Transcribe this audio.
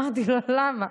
שאלתי למה,